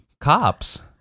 Cops